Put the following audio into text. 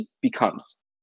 becomes